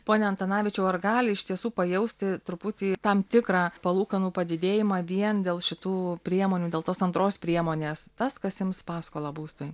pone antanavičiau ar gali iš tiesų pajausti truputį tam tikrą palūkanų padidėjimą vien dėl šitų priemonių dėl tos antros priemonės tas kas ims paskolą būstui